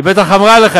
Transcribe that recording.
היא בטח אמרה לך,